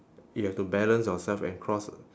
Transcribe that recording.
you have to balance yourself and cross